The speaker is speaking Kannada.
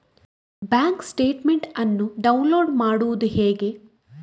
ಬ್ಯಾಂಕ್ ಸ್ಟೇಟ್ಮೆಂಟ್ ಅನ್ನು ಡೌನ್ಲೋಡ್ ಮಾಡುವುದು ಹೇಗೆ?